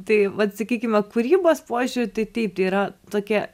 tai vat sakykime kūrybos požiūriu tai taip tai yra tokia